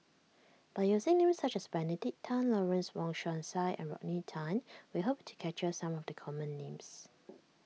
by using names such as Benedict Tan Lawrence Wong Shyun Tsai and Rodney Tan we hope to capture some the common names